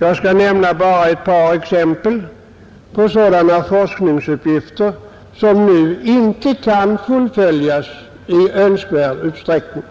Jag skall bara nämna ett par exempel på sådana forskningsuppgifter som nu inte kan fullföljas i önskvärd utsträckning.